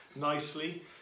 nicely